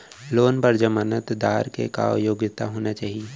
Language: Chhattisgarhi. लोन बर जमानतदार के का योग्यता होना चाही?